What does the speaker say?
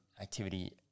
activity